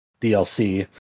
DLC